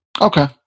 Okay